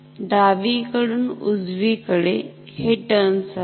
डावीकडून उजवीकडे हे र्ट्न्स आहेत